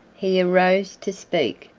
he arose to speak,